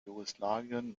jugoslawien